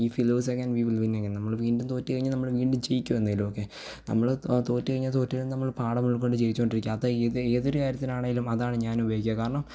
if lost again we will win again നമ്മൾ വീണ്ടും തോറ്റു കഴിഞ്ഞാൽ നമ്മൾ വീണ്ടും ജയിക്കുമെന്നതിലൊക്കെ നമ്മൾ തോറ്റു കഴിഞ്ഞാൽ തോറ്റ് നമ്മൾ പാഠങ്ങൾ കൊണ്ട് ജയിച്ചു കൊണ്ടിരിക്കും അത് ഏത് ഏതൊരു കാര്യത്തിനാണെങ്കിലും അതാണ് ഞാനുപയോഗിക്കുക കാരണം